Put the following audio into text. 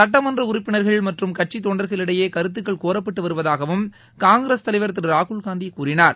சுட்டமன்ற உறுப்பினர்கள் மற்றும் கட்சி தொண்டர்களிடையே கருத்துக்கள் கோரப்பட்டு வருவதாகவும் காங்கிரஸ் தலைவர் திரு ராகுல்காந்தி கூறினார்